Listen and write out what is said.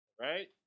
right